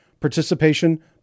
Participation